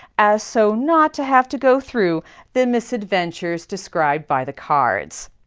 as so not to have to go through the misadventures described by the cards.